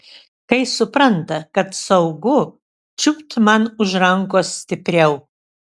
kai supranta kad saugu čiupt man už rankos stipriau